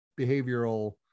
behavioral